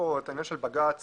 של בג"צ